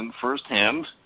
firsthand